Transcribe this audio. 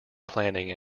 planning